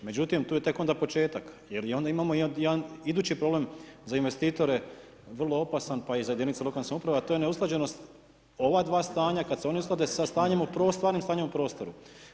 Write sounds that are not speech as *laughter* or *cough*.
Međutim, tu je tek onda početak jer i onda imamo jedan idući problem za investitore, vrlo opasan, pa i za jedinice lokalne samouprave a to je neusklađenost ova dva stanja kada se oni usklade sa stanjem, ... *unintelligible* stvarnim stanjem u prostoru.